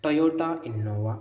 Toyota Innova